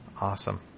Awesome